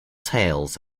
tails